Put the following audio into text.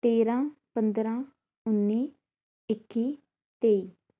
ਤੇਰ੍ਹਾਂ ਪੰਦਰਾਂ ਉੱਨੀ ਇੱਕੀ ਤੇਈ